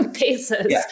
basis